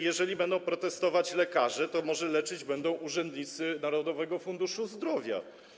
Jeżeli będą protestować lekarze, to może leczyć będą urzędnicy Narodowego Funduszy Zdrowia?